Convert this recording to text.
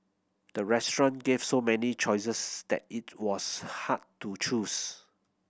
the restaurant gave so many choices that it was hard to choose